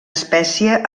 espècia